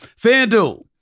FanDuel